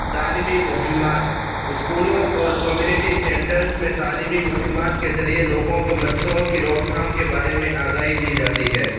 تعلیمی مہمات اسکولوں اور کمیونٹی سینٹرز میں تعلیمی مہمات کے ذریعے لوگوں کو مچھروں کی روک تھام کے بارے میں آگاہی دی جاتی ہے